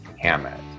Hammett